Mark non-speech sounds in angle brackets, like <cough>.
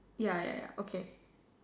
ya ya ya okay <noise>